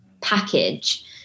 package